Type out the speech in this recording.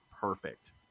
perfect